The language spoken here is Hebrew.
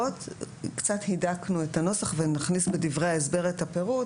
התשפ"ג 2022 קצת הידקנו את הנוסח ונכניס בדברי ההסבר את הפירוט,